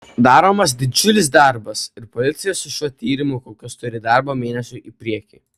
daromas didžiulis darbas ir policija su šiuo tyrimu kol kas turi darbo mėnesiui į priekį